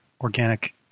organic